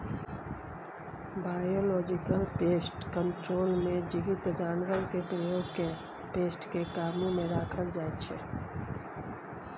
biological pest control मे जीबित जानबरकेँ प्रयोग कए पेस्ट केँ काबु मे राखल जाइ छै